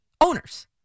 owners